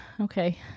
okay